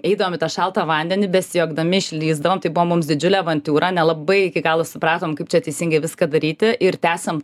eidavom į tą šaltą vandenį besijuokdami išlįsdavom tai buvo mums didžiulė avantiūra nelabai iki galo supratom kaip čia teisingai viską daryti ir tęsiam